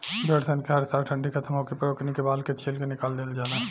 भेड़ सन के हर साल ठंडी खतम होखे पर ओकनी के बाल के छील के निकाल दिहल जाला